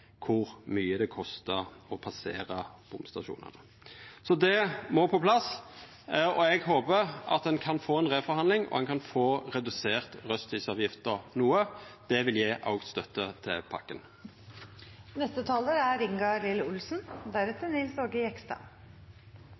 kor mykje det kostar å passera bomstasjonane. Det må på plass. Eg håper at ein kan få ei reforhandling, og at ein kan få redusert rushtidsavgifta noko. Det vil gje auka støtte til